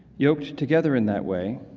yoked together in that way,